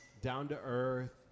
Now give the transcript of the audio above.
down-to-earth